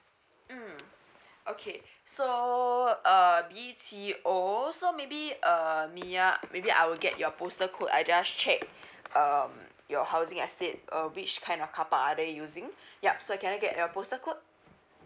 mm okay so uh B_T_O so maybe uh mya maybe I will get your postal code I just check um your housing estate uh which kind of car park are they using yup so can I get your postal code